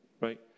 Right